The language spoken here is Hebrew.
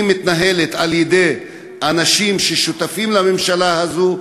ואם היא מתנהלת על-ידי אנשים ששותפים לממשלה הזאת,